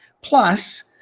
Plus